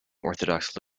orthodox